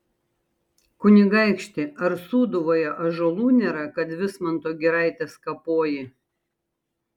kunigaikšti ar sūduvoje ąžuolų nėra kad vismanto giraites kapoji